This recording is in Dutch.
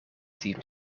team